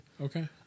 Okay